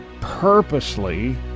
purposely